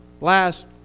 last